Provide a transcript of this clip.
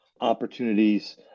opportunities